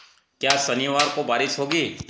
क्या शनिवार को बारिश होगी